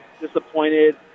disappointed